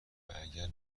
اگر